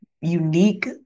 unique